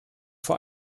vor